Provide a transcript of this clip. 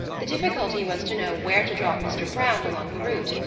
the difficulty was to know where to drop mr. browne along the route,